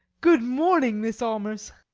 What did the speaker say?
good morning, miss allmers!